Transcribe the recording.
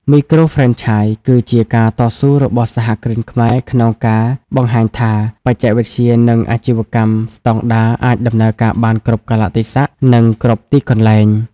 មីក្រូហ្វ្រេនឆាយគឺជាការតស៊ូរបស់សហគ្រិនខ្មែរក្នុងការបង្ហាញថា បច្ចេកវិទ្យា និងអាជីវកម្មស្ដង់ដារអាចដំណើរការបានគ្រប់កាលៈទេសៈ និងគ្រប់ទីកន្លែង។